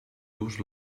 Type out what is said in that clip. dus